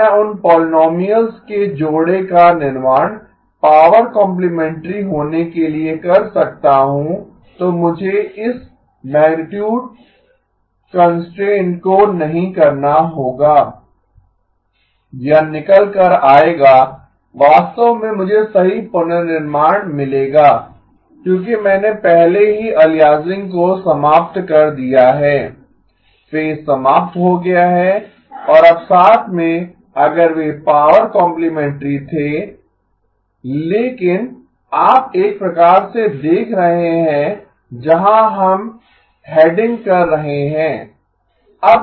यदि मैं उन पोलिनोमियल्स के जोड़े का निर्माण पावर कॉम्प्लिमेंटरी होने के लिए कर सकता हूं तो मुझे इस मैगनीटुड कंस्ट्रेंट को नहीं करना होगा यह निकल कर आएगा वास्तव में मुझे सही पुनर्निर्माण मिलेगा क्योंकि मैंने पहले ही अलियासिंग को समाप्त कर दिया है फेज समाप्त हो गया है और अब साथ में अगर वे पावर कॉम्प्लिमेंटरी थे लेकिन आप एक प्रकार से देख रहे हैं जहाँ हम हैडिंग कर रहे हैं